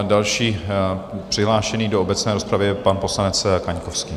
Další přihlášený do obecné rozpravy je pan poslanec Kaňkovský.